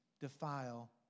defile